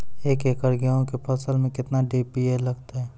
एक एकरऽ गेहूँ के फसल मे केतना डी.ए.पी लगतै?